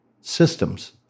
systems